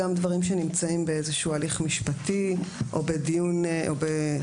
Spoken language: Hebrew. גם דברים שנמצאים באיזשהו הליך משפטי או בחקירה,